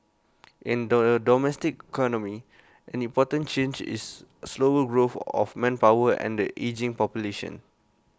in the domestic economy an important change is slower growth of manpower and the ageing population